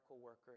worker